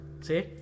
See